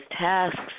tasks